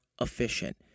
efficient